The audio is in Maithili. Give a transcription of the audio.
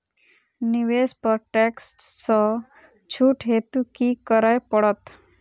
निवेश पर टैक्स सँ छुट हेतु की करै पड़त?